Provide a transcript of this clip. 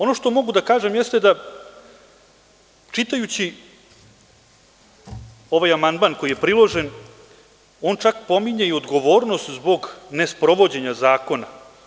Ono što mogu da kažem jeste da, čitajući ovaj amandman koji je priložen, on čak pominje i odgovornost zbog nesprovođenja zakona.